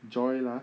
joy lah